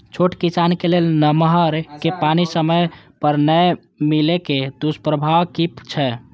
छोट किसान के लेल नहर के पानी समय पर नै मिले के दुष्प्रभाव कि छै?